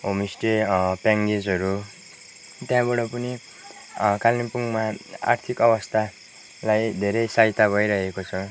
homestay पेयिङगेस्टहरू त्यहाँबाट पनि कालिम्पोङमा आर्थिक अवस्थालाई धेरै सहायता भइरहेको छ